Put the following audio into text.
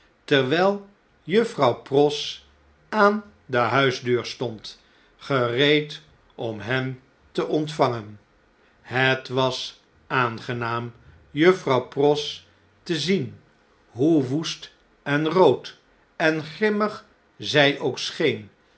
terwjjl juffrouw pross aan de huisdeur stond gereed om hen te ontvangen het was aangenaam juffrouw pross te zien hoe woest en rood en grimmig zjj ook